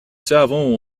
savons